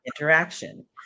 interaction